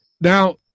now